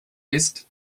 ist